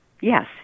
Yes